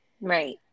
right